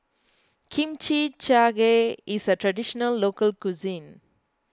Kimchi Jjigae is a Traditional Local Cuisine